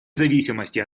зависимости